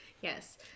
yes